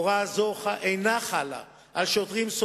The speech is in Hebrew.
הוראה זו אינה חלה על שוטרים,